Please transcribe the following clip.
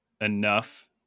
enough